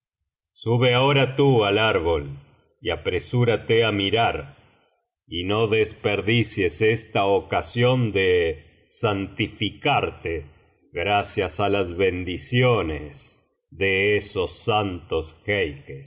sube ahora tú al árbol y apresúrate á mirar y no desperdicies esta ocasión de santificarte gracias á las bendiciones de esos santos